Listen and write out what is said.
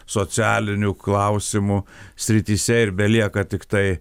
socialinių klausimų srityse ir belieka tiktai